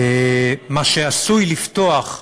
מה שעשוי לפתוח,